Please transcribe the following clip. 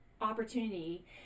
opportunity